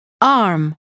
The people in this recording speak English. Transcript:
Arm